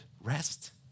rest